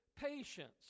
patience